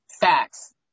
Facts